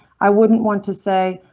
i wouldn't want to say,